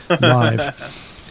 live